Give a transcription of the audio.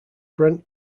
brent